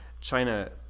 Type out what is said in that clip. China